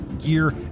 gear